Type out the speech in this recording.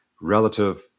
relative